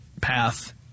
path